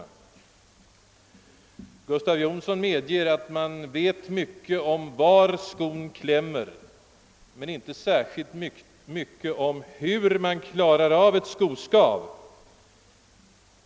Gustav Jonsson medger att man vet mycket om var skon klämmer men inte särskilt mycket om hur man klarar av ett skoskav.